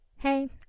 Hey